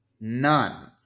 None